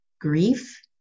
grief